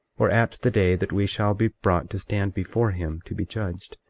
or at the day that we shall be brought to stand before him to be judged,